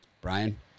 Brian